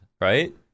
right